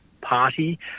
Party